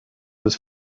was